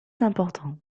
important